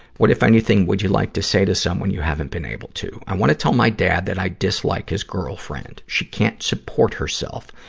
what, if anything, would you like to say to someone you haven't been able to? i wanna tell my dad that i dislike his girlfriend. she can't support herself.